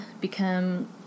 become